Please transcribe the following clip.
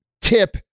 tip